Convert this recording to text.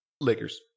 Lakers